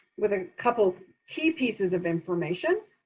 with a couple key pieces of information.